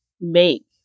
make